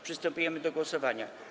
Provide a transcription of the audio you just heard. Przystępujemy do głosowania.